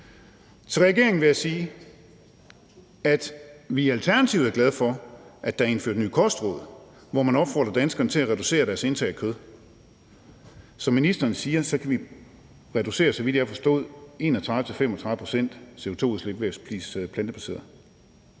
Til regeringen vil jeg sige, at vi i Alternativet er glade for, at der er indført nye kostråd, hvor man opfordrer danskerne til at reducere deres indtag af kød. Som ministeren siger, kan vi, så vidt jeg forstod, reducere CO2-udslippet med